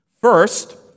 First